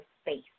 space